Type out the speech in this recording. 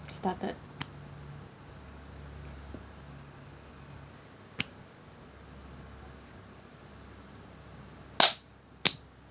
started